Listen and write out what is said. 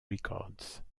records